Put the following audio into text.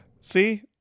See